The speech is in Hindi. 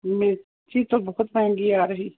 मिर्ची तो बहुत महँगी आ रही